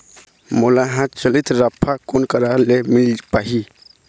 मोला हाथ चलित राफा कोन करा ले मिल पाही?